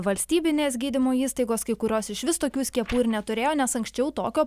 valstybinės gydymo įstaigos kai kurios išvis tokių skiepų ir neturėjo nes anksčiau tokio